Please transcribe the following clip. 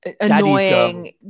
annoying